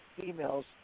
females